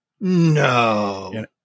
No